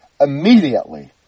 immediately